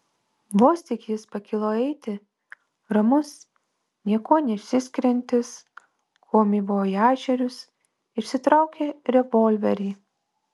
vos tik jis pakilo eiti ramus niekuo neišsiskiriantis komivojažierius išsitraukė revolverį